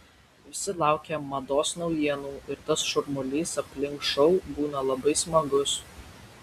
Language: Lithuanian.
visi laukia mados naujienų ir tas šurmulys aplink šou būna labai smagus